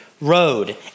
road